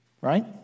Right